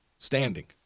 Standing